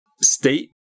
state